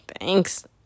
Thanks